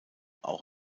auch